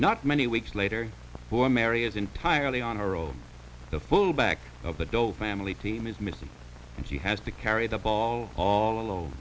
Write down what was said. not many weeks later for mary is entirely on our own the full back of the dull family team is missing and she has to carry the ball all alone